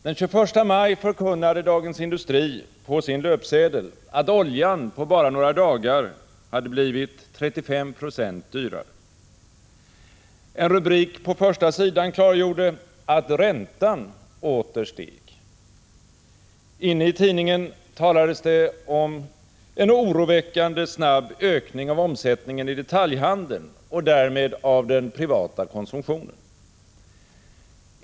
Den 21 maj förkunnade Dagens Industri på sin löpsedel att oljan på bara några dagar hade blivit 35 26 dyrare. En rubrik på första sidan klargjorde att räntan åter steg. Inne i tidningen talades det om en oroväckande snabb ökning av omsättningen i detaljhandeln och därmed av den privata konsumtionen.